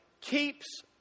keeps